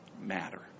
matter